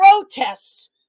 protests